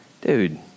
dude